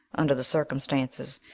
under the circumstances,